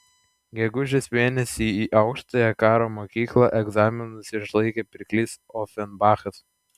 gegužės mėnesį į aukštąją karo mokyklą egzaminus išlaikė pirklys ofenbachas